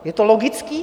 Je to logické?